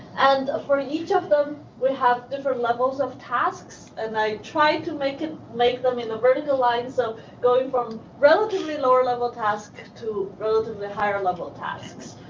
and for each of them, we have different levels of tasks and i try to make it make them in the vertical lines of going from relatively lower-level task to relatively higher-level tasks.